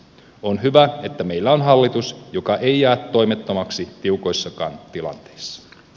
on hyvä että meillä on hallitus joka ei jää toimettomaksi tiukoissakaan tilanteissa